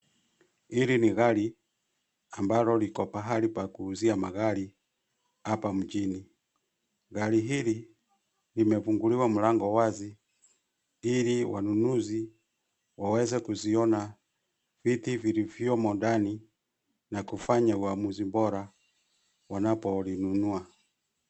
Hili ni gari, ambalo liko pahali pakuuzia magari, hapa mjini, gari hili, limefunguliwa mlango wazi, ili wanunuzi, waweze kuziona, viti vilivyomo ndani, na kufanya uamuzi bora, wanapolinunua.